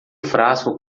frasco